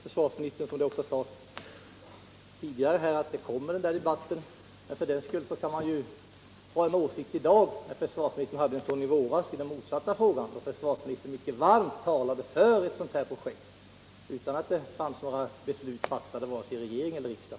Försvarsministern säger att den debatten kommer, men för den skull kan man väl ha en åsikt i dag liksom försvarsministern hade i våras, då försvarsministern mycket varmt talade för ett sådant här projekt utan att det fanns några beslut fattade i vare sig regering eller riksdag.